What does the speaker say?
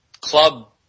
club